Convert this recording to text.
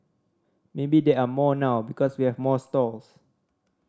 maybe there are more now because we have more stalls